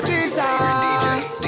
Jesus